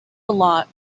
lot